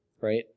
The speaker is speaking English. Right